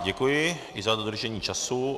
Děkuji i za dodržení času.